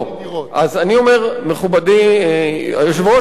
מכובדי היושב-ראש,